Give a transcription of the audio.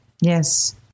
Yes